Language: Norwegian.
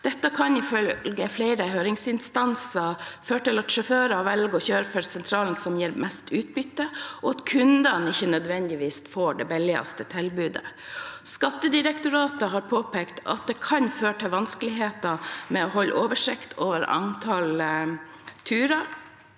Det kan ifølge flere høringsinstanser føre til at sjåfører velger å kjøre for sentralen som gir mest utbytte, og at kundene ikke nødvendigvis får det billigste tilbudet. Skattedirektoratet har påpekt at det kan føre til vanskeligheter med å holde oversikt over antall turer